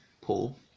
Paul